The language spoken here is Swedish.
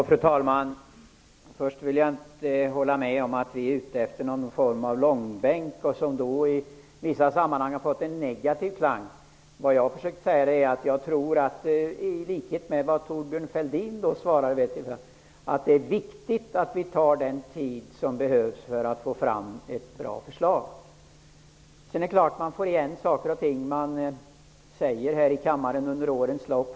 Fru talman! Jag håller inte med om att vi är ute efter någon form av långbänk, något som ju i vissa sammanhang fått en negativ klang. Men i likhet med Thorbjörn Fälldin tror jag att det är viktigt att vi tar den tid som behövs för att få fram ett bra förslag. Självfallet får man alltid tillbaka saker och ting som man säger här i kammaren under årens lopp.